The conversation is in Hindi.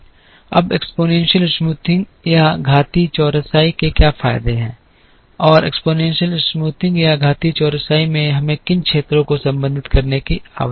अब घातीय चौरसाई के क्या फायदे हैं और घातीय चौरसाई में हमें किन क्षेत्रों को संबोधित करने की आवश्यकता है